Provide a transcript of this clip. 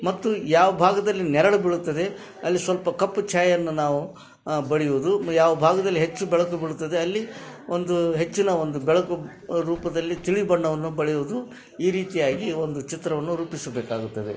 ಮತ್ತು ಯಾವ ಭಾಗದಲ್ಲಿ ನೆರಳು ಬೀಳುತ್ತದೆ ಅಲ್ಲಿ ಸ್ವಲ್ಪ ಕಪ್ಪು ಛಾಯೆಯನ್ನು ನಾವು ಬಳಿಯುವುದು ಮ ಯಾವ ಭಾಗ್ದಲ್ಲಿ ಹೆಚ್ಚು ಬೆಳಕು ಬೀಳ್ತದೆ ಅಲ್ಲಿ ಒಂದು ಹೆಚ್ಚಿನ ಒಂದು ಬೆಳಕು ರೂಪದಲ್ಲಿ ತಿಳಿಬಣ್ಣವನ್ನು ಬಳಿಯುವುದು ಈ ರೀತಿಯಾಗಿ ಒಂದು ಚಿತ್ರವನ್ನು ರೂಪಿಸಬೇಕಾಗುತ್ತದೆ